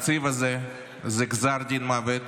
התקציב הזה זה גזר דין מוות